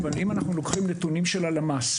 אבל אם אנחנו לוקחים נתונים של הלמ"ס,